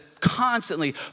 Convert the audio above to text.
constantly